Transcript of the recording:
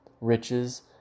riches